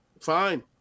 Fine